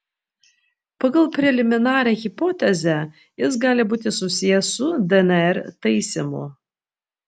pagal preliminarią hipotezę jis gali būti susijęs su dnr taisymu